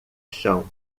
chão